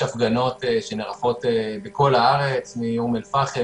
יש הפגנות שנערכות בכל הארץ אום אל-פחם,